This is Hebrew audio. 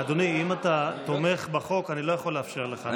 אדוני, אם אתה תומך בחוק, אני לא יכול לאפשר לך.